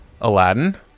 Aladdin